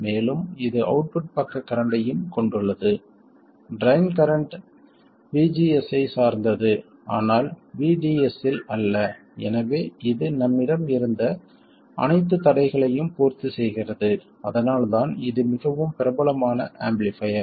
மேலும் இது அவுட்புட் பக்க கரண்ட்டையும் கொண்டுள்ளது ட்ரைன் கரண்ட் VGS ஐச் சார்ந்தது ஆனால் VDS இல் அல்ல எனவே இது நம்மிடம் இருந்த அனைத்து தடைகளையும் பூர்த்தி செய்கிறது அதனால்தான் இது மிகவும் பிரபலமான ஆம்பிளிஃபைர்